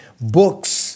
books